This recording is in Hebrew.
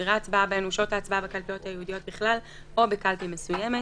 סדרי ההצבעה בהן ושעות הצבעה בקלפיות הייעודיות בכלל או בקלפי מסוימת,